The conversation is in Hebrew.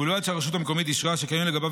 ובלבד שהרשות המקומית אישרה שקיימים לגביו